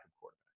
quarterback